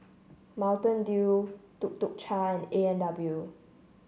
Mountain Dew Tuk Tuk Cha A and W